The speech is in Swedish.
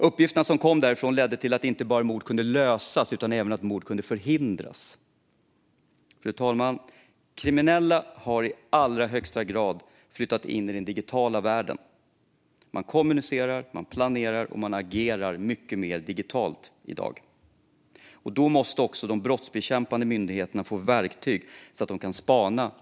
Uppgifterna som kom från Encrochat ledde inte bara till att mord kunde lösas utan även till att mord kunde förhindras. Fru talman! Kriminella har i allra högsta grad flyttat in i den digitala världen. Man kommunicerar, planerar och agerar mycket mer digitalt i dag. Då måste också de brottsbekämpande myndigheterna få verktyg så att de kan spana digitalt.